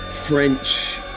French